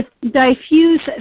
Diffuse